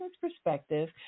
perspective